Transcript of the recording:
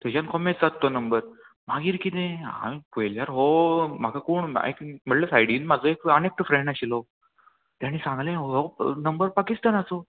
थंयच्यान कोमेस जाता तो नंबर मागीर किदें हांवें पयल्यार हो म्हाका कोण म्हणल्यार सायडीन म्हाजो एक आनी एकटो फ्रेंड आशिल्लो तेणें सांगलें हो नंबर पाकिस्तानाचो